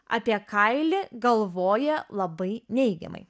apie kailį galvoja labai neigiamai